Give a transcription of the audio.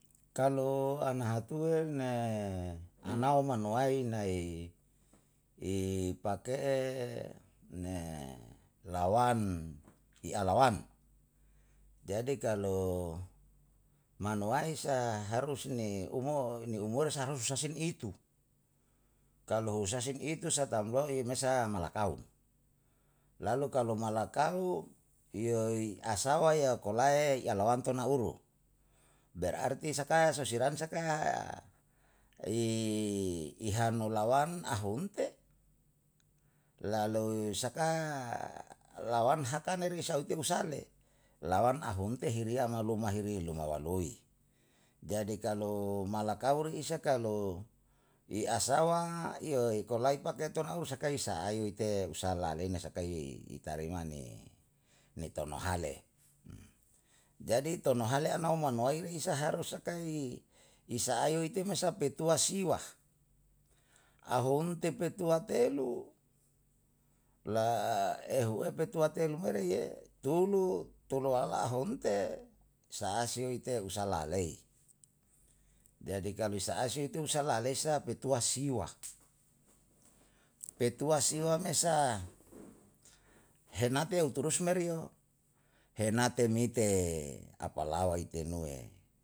Kalu ana hatue me, anao manuwai nai i pake'e lawan, i a lawan, jadi kalu manuwai sa harus ni umo ni umure saharus sa sen itu, kalu sa sen itu sa tambo'i me sa malakau. Lalu kalu malakau iyo i asawa yao kolae yalawan to na uru, berarti sakae so siran saka i hani lawan ahun te? Lalu um saka lawan hakan re ne risa uti husalle, lawan ahun te hi riya amaluma hiri luma waloi. Jadi kalu malakur isa kalu i asawa, iyo iko lai pake tona usakai i sa'a yui tei usaha la lei na sakai i tarima ni tono hale. Jadi tono hale ana um manuwai isa harus akange i sa'a yo ite masa petua siwa, ahun te petua telu, la ehue petau telu here ye. Dulu tuluala ahon te sa'a si ite usa la lei, jadi kalu sa'a si itu usa la lei sa petua siwa. Petua siwa me sa, he nate upurus meriyo, he nate mite apalawa ite nue